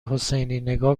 حسینی، نگاه